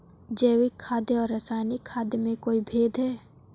जैविक खाद और रासायनिक खाद में कोई भेद है?